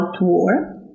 war